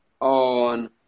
on